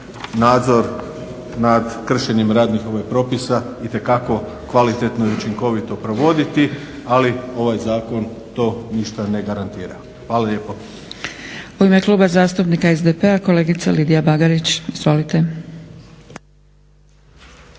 nadzor nad kršenjem radnih propisa itekako kvalitetno i učinkovito provoditi, ali ovaj zakon to ništa ne garantira. Hvala lijepo. **Zgrebec, Dragica (SDP)** U ime Kluba zastupnika SDP-a kolegica Lidija Bagarić. Izvolite.